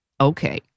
Okay